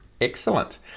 Excellent